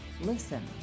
listen